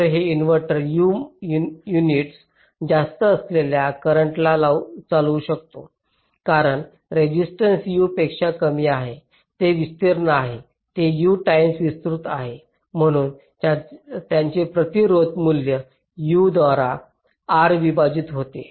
तर हे inverter U units जास्त असलेल्या करंटला चालवू शकतो कारण रेझिस्टेन्स U पेक्षा कमी आहेत ते विस्तीर्ण आहेत ते U टाईम विस्तृत आहेत म्हणूनच त्यांचे प्रतिरोध मूल्य U द्वारा R विभाजित होईल